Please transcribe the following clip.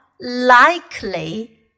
likely